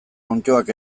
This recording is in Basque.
onddoak